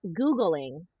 Googling